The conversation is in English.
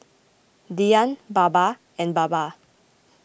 Dhyan Baba and Baba